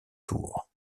tour